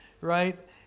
right